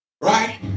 Right